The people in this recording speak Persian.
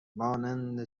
مانند